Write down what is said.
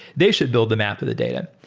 they should build the map of the data.